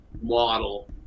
model